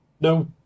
No